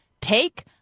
take